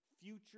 future